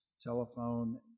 telephone